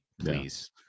please